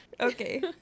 okay